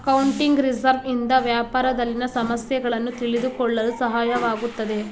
accounting research ಇಂದ ವ್ಯಾಪಾರದಲ್ಲಿನ ಸಮಸ್ಯೆಗಳನ್ನು ತಿಳಿದುಕೊಳ್ಳಲು ಸಹಾಯವಾಗುತ್ತದೆ